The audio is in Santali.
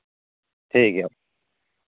ᱴᱷᱤᱠ ᱜᱮᱭᱟ